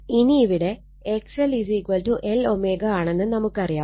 ഇനി ഇവിടെ XLLω ആണെന്ന് നമുക്കറിയാം